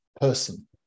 person